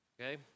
okay